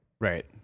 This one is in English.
right